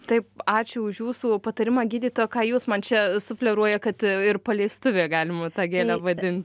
taip ačiū už jūsų patarimą gydytoja ką jūs man čia sufleruoja kad ir paleistuve galima tą gėlę vadin